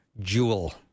jewel